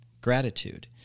gratitude